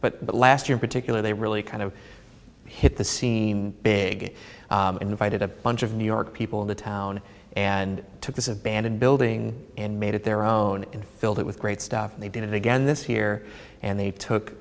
but last year particular they really kind of hit the scene big and invited a bunch of new york people in the town and took this abandoned building and made it their own and filled it with great stuff and they did it again this year and they took